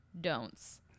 don'ts